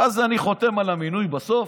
ואז אני חותם על המינוי בסוף,